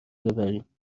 ببریم